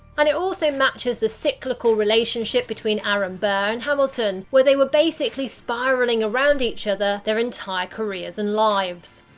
and it also matches the cyclical relationship between aaron burr and hamilton, where they were basically spiralling around each other their entire careers and lives.